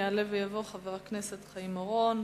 יעלה ויבוא חבר הכנסת חיים אורון.